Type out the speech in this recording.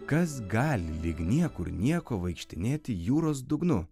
kas gali lyg niekur nieko vaikštinėti jūros dugnu